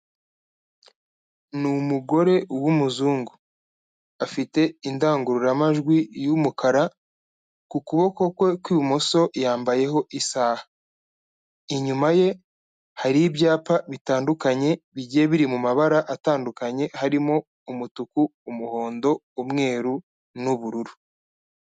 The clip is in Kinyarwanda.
Ni umugore w'umuzungu, afite indangururamajwi y'umukara, ku kuboko kwe kw'ibumoso yambayeho isaha, inyuma ye hari ibyapa bitandukanye bigiye biri mu mabara atandukanye, harimo umutuku, umuhondo, umweru n'ubururu.